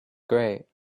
great